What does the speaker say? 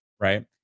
right